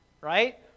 right